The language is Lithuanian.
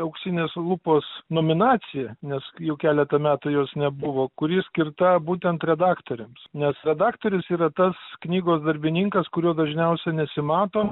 auksinės lupos nominacija nes jau keletą metų jos nebuvo kuri skirta būtent redaktoriams nes redaktorius yra tas knygos darbininkas kurio dažniausia nesimato